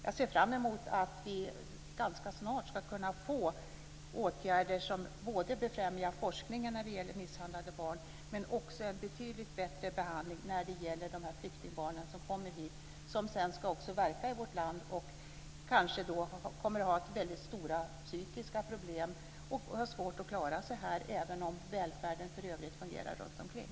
Jag ser fram emot att vi ganska snart ska kunna få åtgärder som både befrämjar forskningen om misshandlade barn och också ger en betydligt bättre behandling av flyktingbarn som kommer hit, som sedan ska verka i vårt land och som kanske kommer att ha väldigt stora psykiska problem och svårt att klara sig här även om välfärden för övrigt fungerar runtomkring.